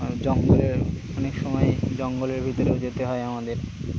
জঙ্গলের অনেক সময় জঙ্গলের ভিতরেও যেতে হয় আমাদের